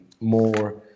more